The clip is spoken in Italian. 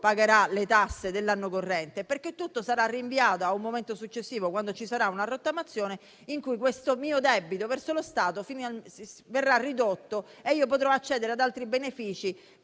pagherà le tasse dell'anno corrente. Tutto, infatti, sarà rinviato ad un momento successivo, quando ci sarà una rottamazione, questo mio debito verso lo Stato verrà ridotto e io potrò accedere ad altri benefici